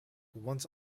once